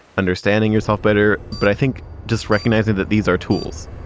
understanding yourself better. but i think just recognizing that these are tools,